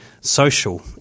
social